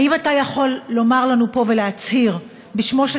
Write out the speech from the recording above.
האם אתה יכול לומר לנו פה ולהצהיר בשמו של